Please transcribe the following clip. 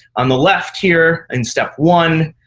on the left here in step one,